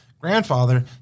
Grandfather